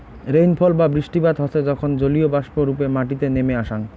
rainfall বা বৃষ্টিপাত হসে যখন জলীয়বাষ্প রূপে মাটিতে নেমে আসাং